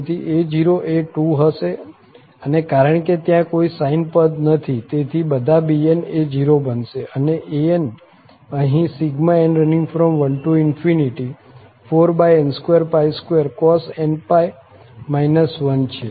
તેથી a0 એ 2 હશે અને કારણ કે ત્યાં કોઈ sine પદ નથી તેથી બધા bn એ 0 બનશે અને an અહીં n14n22cos nπ 1 છે